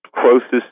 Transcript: closest